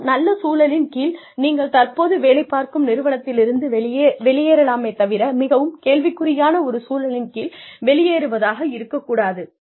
மிகவும் நல்ல சூழலின் கீழ் நீங்கள் தற்போது வேலை பார்க்கும் நிறுவனத்திலிருந்து வெளியேறலாமே தவிர மிகவும் கேள்விக்குறியான ஒரு சூழல்களின் கீழ் வெளியேறுவதாக இருக்கக் கூடாது